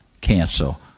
cancel